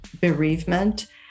bereavement